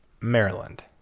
Maryland